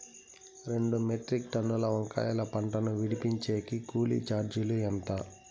రెండు మెట్రిక్ టన్నుల వంకాయల పంట ను విడిపించేకి కూలీ చార్జీలు ఎంత?